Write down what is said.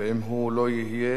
ואם הוא לא יהיה,